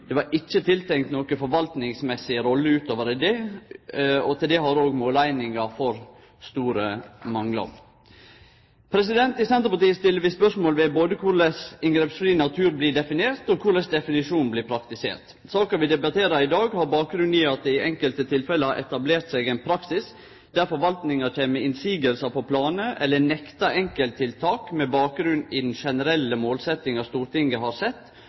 Det var ikkje tiltenkt ei rolle i forvaltninga utover det. Til det har òg måleininga for store manglar. I Senterpartiet stiller vi spørsmål både ved korleis inngrepsfri natur blir definert, og korleis definisjonen blir praktisert. Saka vi debatterer i dag, har bakgrunn i at det i enkelte tilfelle har etablert seg ein praksis der forvaltninga kjem med innvendingar på planar eller nektar enkelttiltak med bakgrunn i den generelle målsetjinga Stortinget har sett